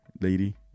lady